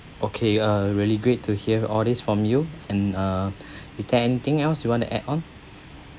okay uh really great to hear all these from you and uh is there anything else you want to add on